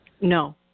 No